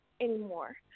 anymore